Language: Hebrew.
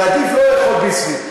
ועדיף שלא לאכול "ביסלי".